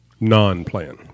Non-plan